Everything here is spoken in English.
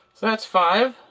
that's five.